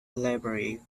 library